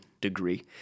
degree